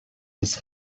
des